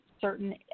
certain